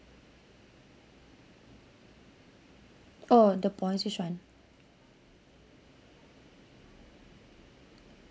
oh the points which one